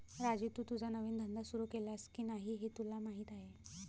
राजू, तू तुझा नवीन धंदा सुरू केलास की नाही हे तुला माहीत आहे